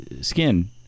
skin